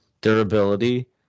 durability